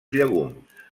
llegums